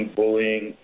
bullying